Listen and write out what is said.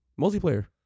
multiplayer